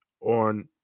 on